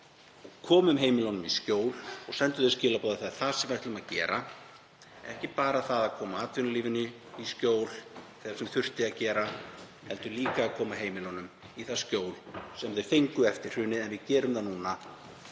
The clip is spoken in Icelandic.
koma heimilunum í skjól. Sendum þau skilaboð að það sé það sem við ætlum að gera, ekki bara að koma atvinnulífinu í skjól, sem þurfti að gera, heldur líka að koma heimilunum í það skjól sem þau fengu eftir hrunið. En vegna þess að við